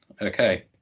Okay